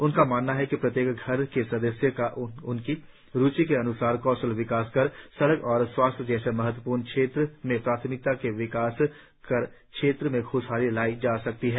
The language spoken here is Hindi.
उनका मानना है कि प्रत्येक घर के सदस्यों का उनकी रुचि के अन्सार कौशल विकास कर सड़क और स्वास्थ्य जैसे महत्वपूर्ण क्षेत्रों में प्राथमिकता से विकास कर क्षेत्र में ख्शहाली लाई जा सकती है